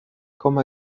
como